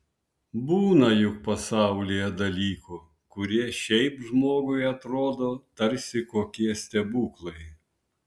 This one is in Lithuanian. būna juk pasaulyje dalykų kurie šiaip žmogui atrodo tarsi kokie stebuklai